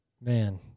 Man